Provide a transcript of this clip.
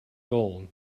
gold